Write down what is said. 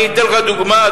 אני אתן לך דוגמה,